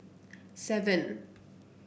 seven